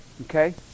Okay